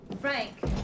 Frank